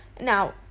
now